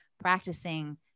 practicing